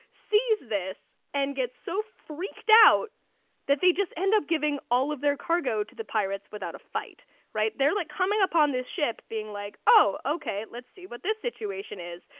sees this and get so freaked out that they just ended up giving all of their cargo to the pirates without a fight right there. like coming upon this ship being like oh, okay, let's see what this situation is'.